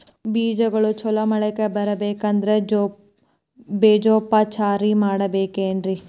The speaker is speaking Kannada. ಬೇಜಗಳು ಚಲೋ ಮೊಳಕೆ ಬರಬೇಕಂದ್ರೆ ಬೇಜೋಪಚಾರ ಮಾಡಲೆಬೇಕೆನ್ರಿ?